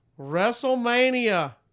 WrestleMania